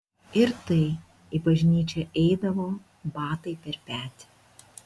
ir tai į bažnyčią eidavo batai per petį